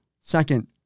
Second